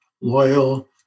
loyal